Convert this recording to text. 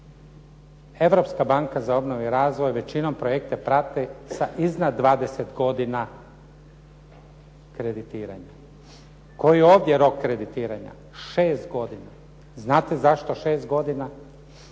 Europska banka za obnovu i razvoj većinom projekte prati sa iznad 20 godina kreditiranja. Koji je ovdje rok kreditiranja? 6 godina. Znate zašto 6 godina?